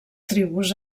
tribus